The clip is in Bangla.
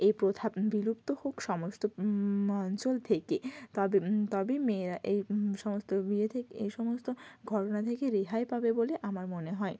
এই প্রথা বিলুপ্ত হোক সমস্ত অঞ্চল থেকে তবে তবে মেয়ে এই সমস্ত ইয়ে থেকে এই সমস্ত ঘটনা থেকে রেহাই পাবে বলে আমার মনে হয়